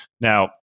now